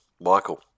Michael